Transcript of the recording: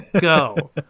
go